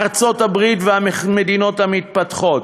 ארצות-הברית והמדינות המפותחות.